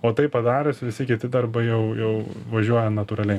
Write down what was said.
o tai padarius visi kiti darbai jau jau važiuoja natūraliai